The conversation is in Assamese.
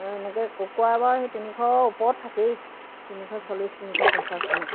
আৰু এনেকৈ কুকুৰা বাৰু সেই তিনিশ ওপৰত থাকেই তিনিশ চল্লিছ তিনিশ পঞ্চাছ তেনেকৈ